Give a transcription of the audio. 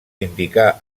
indicar